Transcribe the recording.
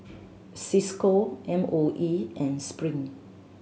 Cisco M O E and Spring